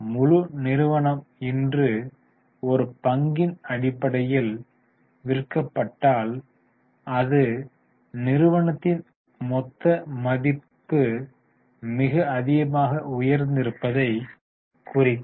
முழு நிறுவனம் இன்று ஒரு பங்கின் அடிப்படையில் விற்கப்பட்டால் அது நிறுவனத்தின் மொத்த மதிப்பு மிக அதிகமாக உயர்ந்து இருப்பதை குறிக்கும்